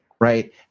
right